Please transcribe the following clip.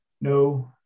no